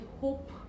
hope